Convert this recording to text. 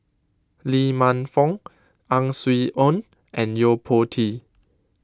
Lee Man Fong Ang Swee Aun and Yo Po Tee